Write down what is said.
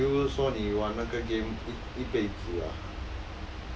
又不是说你玩那个 game 一一辈子啊